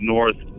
North